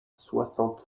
soixante